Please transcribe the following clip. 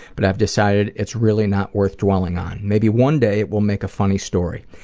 but i've decided it's really not worth dwelling on. maybe one day, it will make a funny story.